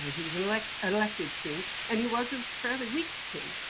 he was an like elected king. and he was a fairly weak king.